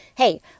Hey